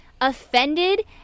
offended